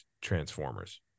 Transformers